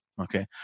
Okay